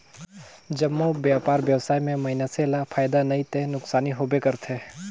जम्मो बयपार बेवसाय में मइनसे मन ल फायदा नइ ते नुकसानी होबे करथे